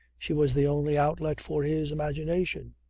she was the only outlet for his imagination.